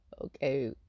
okay